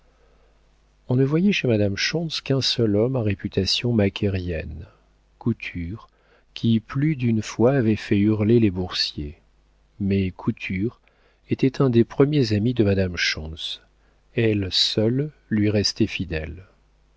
on ne voyait chez madame schontz qu'un seul homme à réputation macairienne couture qui plus d'une fois avait fait hurler les boursiers mais couture était un des premiers amis de madame schontz elle seule lui restait fidèle